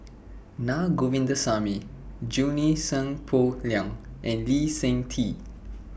Na Govindasamy Junie Sng Poh Leng and Lee Seng Tee